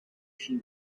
she